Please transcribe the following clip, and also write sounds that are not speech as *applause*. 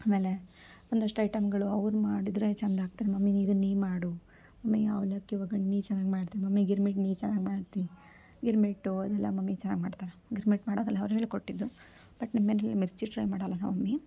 ಆಮೇಲೆ ಒಂದಷ್ಟು ಐಟಮ್ಗಳು ಅವ್ರು ಮಾಡಿದರೆ ಚಂದ ಆಗ್ತದೆ ಮಮ್ಮಿ ಇದನ್ನು ನೀ ಮಾಡು ಮಮ್ಮಿ ಅವಲಕ್ಕಿ ಒಗ್ಗರ್ಣೆ ನೀ ಚೆನ್ನಾಗಿ ಮಾಡ್ತಿ ಮಮ್ಮಿ ಗಿರ್ಮಿಟ್ಟು ನೀ ಚೆನ್ನಾಗಿ ಮಾಡ್ತಿ ಗಿರ್ಮಿಟ್ಟು ಅದೆಲ್ಲ ಮಮ್ಮಿ ಚೆನ್ನಾಗಿ ಮಾಡ್ತಾರೆ ಗಿರ್ಮಿಟ್ಟು ಮಾಡೋದೆಲ್ಲ ಅವ್ರು ಹೇಳಿಕೊಟ್ಟಿದ್ದು ಬಟ್ *unintelligible* ಮಿರ್ಚಿ ಟ್ರೈ ಮಾಡೋಲ್ಲ ನಮ್ಮ ಮಮ್ಮಿ